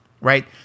right